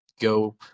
go